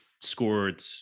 scored